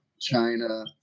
China